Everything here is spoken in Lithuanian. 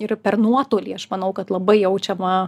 ir per nuotolį aš manau kad labai jaučiama